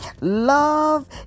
Love